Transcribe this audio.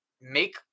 make